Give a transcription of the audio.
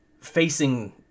facing